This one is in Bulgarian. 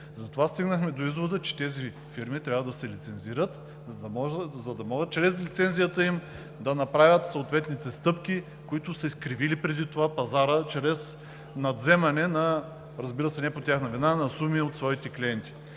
Затова стигнахме до извода, че тези фирми трябва да се лицензират, за да могат чрез лицензията им да направят съответните стъпки, които са изкривили преди това пазара чрез надвземане, разбира се, не